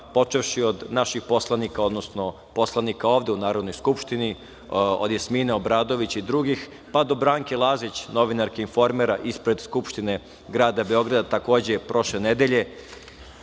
počevši od naših poslanika, odnosno poslanika ovde u Narodnoj skupštini, od Jasmine Obradović i drugih, pa do Branke Lazić, novinarke „Informera“ ispred Skupštine grada Beograda takođe prošle nedelje